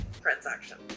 transaction